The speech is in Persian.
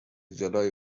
جلای